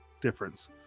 difference